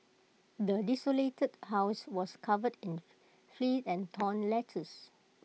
the desolated house was covered in filth and torn letters